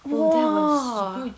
!wah!